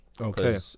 okay